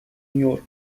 york